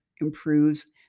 improves